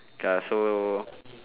ya so